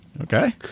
Okay